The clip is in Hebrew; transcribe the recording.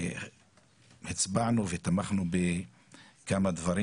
הצבענו ותמכנו בכמה דברים.